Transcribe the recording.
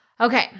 Okay